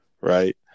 right